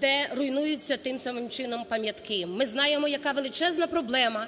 де руйнуються тим самим чином пам'ятки. Ми знаємо, яка величезна проблема